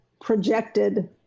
projected